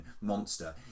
monster